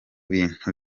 bintu